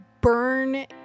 burn